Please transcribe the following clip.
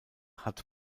hat